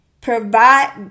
provide